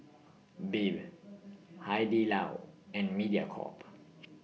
Bebe Hai Di Lao and Mediacorp